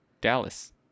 Dallas